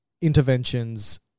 interventions